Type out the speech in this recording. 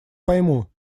пойму